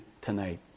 tonight